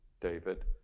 David